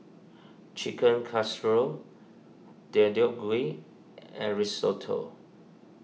Chicken Casserole Deodeok Gui and Risotto